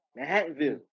manhattanville